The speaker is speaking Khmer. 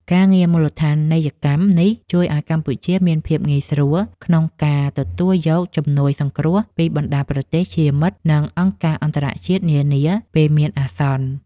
ការងារមូលដ្ឋានីយកម្មនេះជួយឱ្យកម្ពុជាមានភាពងាយស្រួលក្នុងការទទួលយកជំនួយសង្គ្រោះពីបណ្តាប្រទេសជាមិត្ត និងអង្គការអន្តរជាតិនានាពេលមានអាសន្ន។